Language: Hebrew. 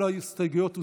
כל ההסתייגויות הוסרו,